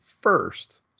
first